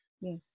Yes